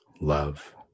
Love